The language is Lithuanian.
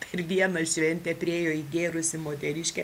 per vieną šventę priėjo įgėrusi moteriškė